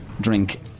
drink